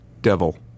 Devil